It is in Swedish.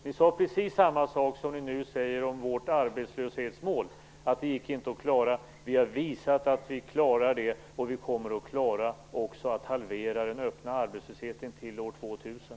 Ni sade precis samma sak som ni nu säger om vårt arbetslöshetsmål, att det inte gick att klara. Vi har visat att vi klarar det och vi kommer också att klara att halvera den öppna arbetslösheten till år 2000.